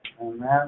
Amen